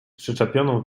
przyczepioną